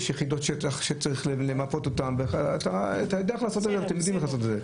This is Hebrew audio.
יש יחידות שטח שצריך למפות אותן ואתה יודע איך לעשות את זה.